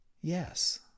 yes